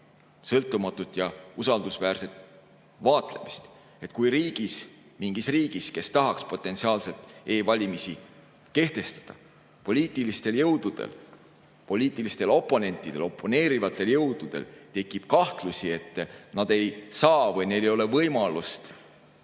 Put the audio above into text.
sõltumatut ja usaldusväärset vaatlemist. Kui mingis riigis, kus tahetaks potentsiaalselt e-valimisi kehtestada, poliitilistel jõududel, poliitilistel oponentidel, oponeerivatel jõududel tekib kahtlusi, et nad ei saa, neil ei ole võimalust valimiste